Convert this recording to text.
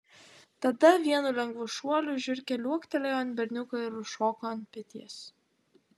tada vienu lengvu šuoliu žiurkė liuoktelėjo ant berniuko ir užšoko ant peties